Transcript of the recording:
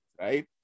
right